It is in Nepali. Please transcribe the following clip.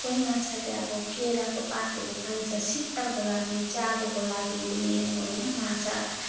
कोही माछाले अब केराको पातहरू खान्छ शीतलको लागि चारोको लागि पनि अब होइन माछा